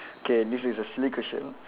okay this is a silly question